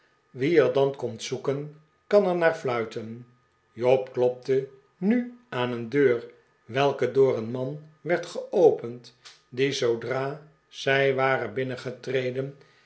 wie er dan komt zoeken kan er naar fluiten job klopte nu aan een deur welke door een man werd geopend die zoodra zij waren binnengetreden